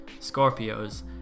Scorpios